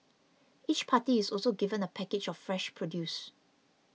each party is also given a package of fresh produce